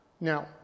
Now